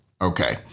okay